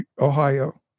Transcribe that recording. Ohio